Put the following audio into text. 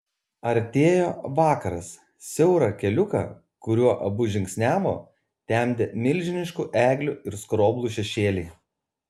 artėjo vakaras siaurą keliuką kuriuo abu žingsniavo temdė milžiniškų eglių ir skroblų šešėliai